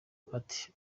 bati